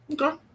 Okay